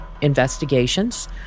investigations